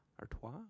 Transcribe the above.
Artois